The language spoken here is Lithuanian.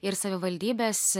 ir savivaldybės